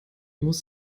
muss